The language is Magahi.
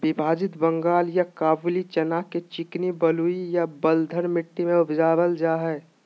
विभाजित बंगाल या काबूली चना के चिकनी बलुई या बलथर मट्टी में उपजाल जाय हइ